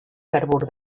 carbur